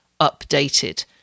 updated